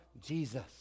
Jesus